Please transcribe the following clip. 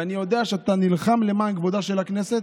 ואני יודע שאתה נלחם למען כבודה של הכנסת.